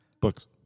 books